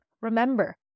remember